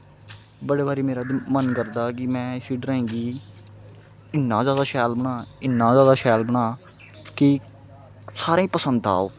बड़े बारी मेरा मन करदा कि में इसी ड्रांइग गी इन्ना ज्यादा शैल बनां इन्ना ज्यादा शैल बनां कि सारें गी पसंद आओ